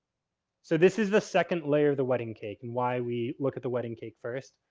so, this is the second layer of the wedding cake and why we look at the wedding cake first.